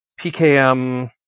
PKM